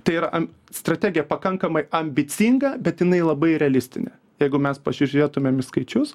tai yra am strategija pakankamai ambicinga bet jinai labai realistinė jeigu mes pasižiūrėtumėm į skaičius